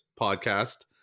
podcast